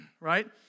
right